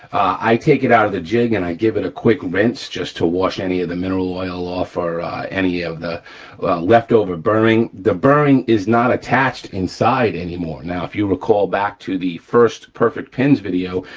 i take it out of the jig and i give it a quick rinse just to wash any of the mineral oil off or any of the leftover burring. the burring is not attached inside anymore. now if you recall back to the first perfect pins video,